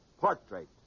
Portrait